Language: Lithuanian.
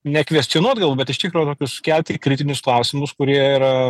nekvestionuot gal bet iš tikro tokius keturis kritinius klausimus kurie yra